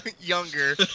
younger